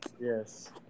Yes